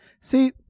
See